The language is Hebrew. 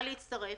להצטרף